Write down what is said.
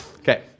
Okay